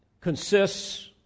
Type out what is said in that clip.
consists